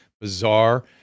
bizarre